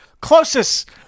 closest